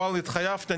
אבל התחייבתי,